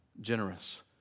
generous